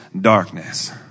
darkness